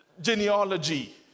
genealogy